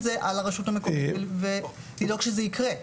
זה על הרשות המקומית ולדאוג שזה יקרה.